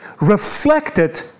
reflected